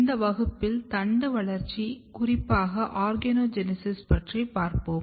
இந்த வகுப்பில் தண்டு வளர்ச்சி குறிப்பாக ஆர்கனோஜெனீசிஸ் பற்றி பார்ப்போம்